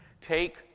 Take